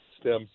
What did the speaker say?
stems